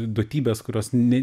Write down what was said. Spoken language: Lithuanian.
duotybės kurios ne